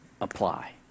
apply